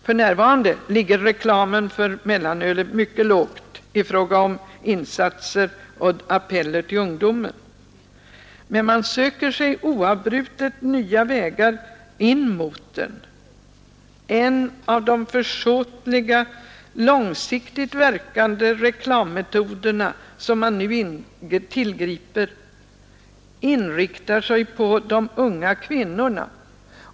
För närvarande ligger reklamen för mellanölet mycket lågt i fråga om appeller till ungdomen. Men man söker sig oavbrutet nya vägar in mot den. En av de försåtliga, långsiktigt verkande reklammetoder som man nu tillgriper inriktar sig på de unga kvinnorna.